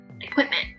equipment